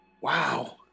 Wow